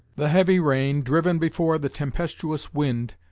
the heavy rain, driven before the tempestuous wind,